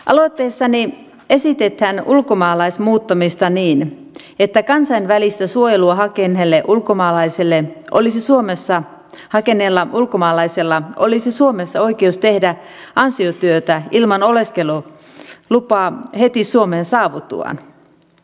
aloitteessani esitetään ulkomaalaislain muuttamista niin että kansainvälistä suojelua hakeneella ulkomaalaisella olisi suomessa oikeus tehdä ansiotyötä ilman oleskelulupaa heti suomeen saavuttuaan